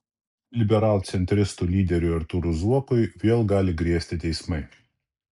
liberalcentristų lyderiui artūrui zuokui vėl gali grėsti teismai